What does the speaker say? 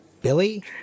Billy